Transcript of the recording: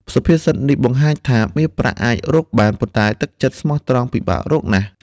សុភាសិតនេះបង្ហាញថា «មាសប្រាក់អាចរកបាន ប៉ុន្តែទឹកចិត្តស្មោះត្រង់ពិបាករកណាស់»។